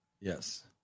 Yes